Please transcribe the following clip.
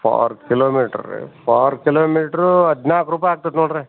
for kilometre ರೀ four kilometre ಹದಿನಾಲ್ಕು ರೂಪಾಯಿ ಆಗ್ತದೆ ನೋಡಿ ರೀ